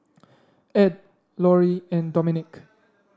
Ed Loree and Dominic